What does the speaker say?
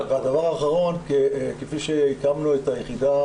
הדבר האחרון, כפי שהקמנו את היחידה